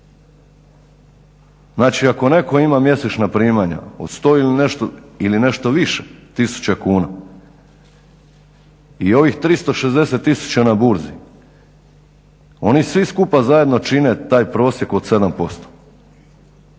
Znači, ako netko ima mjesečna primanja od 100 ili nešto više tisuća kuna i ovih 3600000 na burzi, oni svi skupa zajedno čine taj prosjek od 7%.